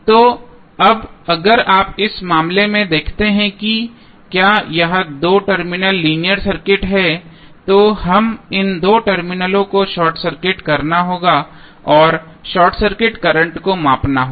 तो अब अगर आप इस मामले में देखते हैं कि क्या यह दो टर्मिनल लीनियर सर्किट है तो हमें इन दो टर्मिनलों को शॉर्ट सर्किट करना होगा और हमें शॉर्ट सर्किट करंट को मापना होगा